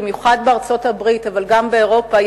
במיוחד בארצות-הברית אבל גם באירופה,